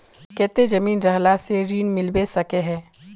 केते जमीन रहला से ऋण मिलबे सके है?